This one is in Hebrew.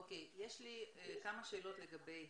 יש לי כמה שאלות לגבי